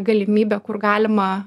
galimybę kur galima